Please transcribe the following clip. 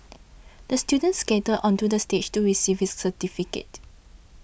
the student skated onto the stage to receive his certificate